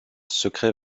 secret